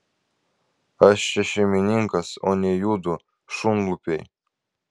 aš čia šeimininkas o ne judu šunlupiai